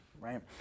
right